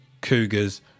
cougars